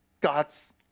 God's